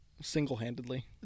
Single-handedly